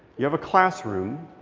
you have a classroom.